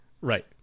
Right